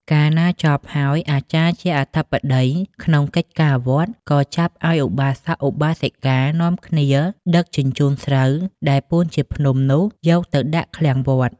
កាលណាចប់ហើយ អាចារ្យជាអធិបតី ក្នុងកិច្ចការ វត្ត ក៏ចាប់ឲ្យឧបាសក ឧបាសិកានាំគ្នាដឹកជញ្ជូនស្រូវ ដែលពូនជាភ្នំនោះ យកទៅដាក់ឃ្លាំងវត្ត ។